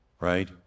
right